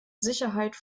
sicherheit